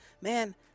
Man